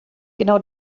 genau